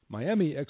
Miami